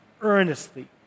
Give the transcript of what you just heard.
Earnestly